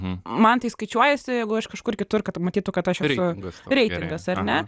man tai skaičiuojasi jeigu aš kažkur kitur kad matytų kad aš esu reitingas ar ne